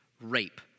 Rape